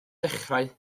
dechrau